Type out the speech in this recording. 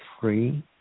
free